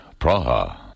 Praha